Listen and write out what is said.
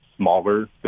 smaller